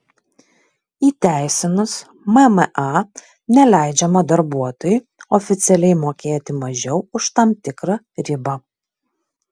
įteisinus mma neleidžiama darbuotojui oficialiai mokėti mažiau už tam tikrą ribą